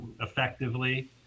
effectively